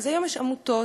אז היום יש עמותות